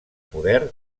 poder